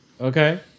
okay